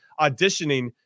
auditioning